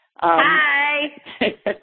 Hi